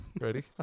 Ready